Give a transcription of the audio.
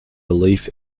relief